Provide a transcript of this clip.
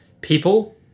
people